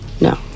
No